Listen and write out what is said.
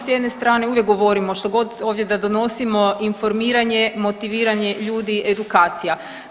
S jedne strane, dugo govorimo, što god ovdje da donosimo, informiranje, motiviranje ljudi, edukacija.